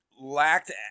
lacked